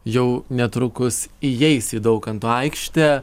jau netrukus įeis į daukanto aikštę